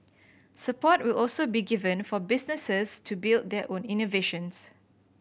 support will also be given for businesses to build their own innovations